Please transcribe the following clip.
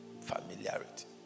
Familiarity